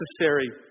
necessary